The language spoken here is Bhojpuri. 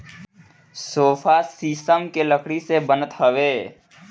सोफ़ा शीशम के लकड़ी से बनत हवे